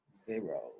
Zero